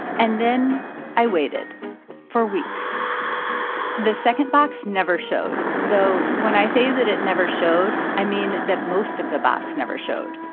and then i waited for weeks the second box never showed. though when i say that it never showed, i mean that most of the box never showed.